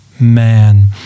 man